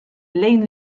lejn